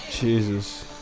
Jesus